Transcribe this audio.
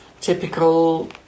typical